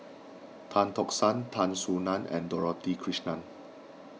Tan Tock San Tan Soo Nan and Dorothy Krishnan